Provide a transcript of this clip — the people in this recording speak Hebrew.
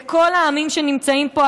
לכל העמים שנמצאים פה,